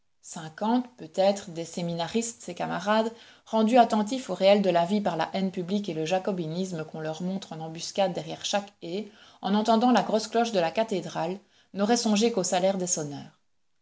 cinquante peut-être des séminaristes ses camarades rendus attentifs au réel de la vie par la haine publique et le jacobinisme qu'on leur montre en embuscade derrière chaque haie en entendant la grosse cloche de la cathédrale n'auraient songé qu'au salaire des sonneurs